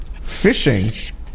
fishing